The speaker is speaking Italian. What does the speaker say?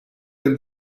del